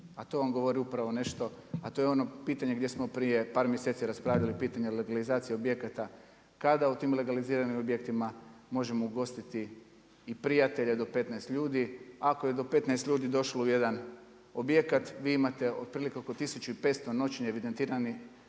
a to vam govori upravo nešto, a to je ono pištanje gdje smo prije par mjeseci raspravljali, pitanje legalizacije objekata, kada u tim legaliziranim objektima možemo ugostiti i prijatelje do 15 ljudi. Ako je do 15 ljudi došlo u jedan objekat vi imate otprilike oko 1500 noćenja evidentiranih